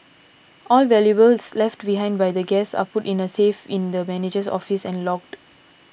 all valuables left behind by guests are put in a safe in the manager's office and logged